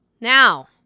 Now